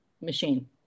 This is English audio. machine